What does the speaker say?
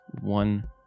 one